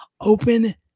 Open